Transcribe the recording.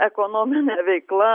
ekonominė veikla